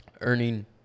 earning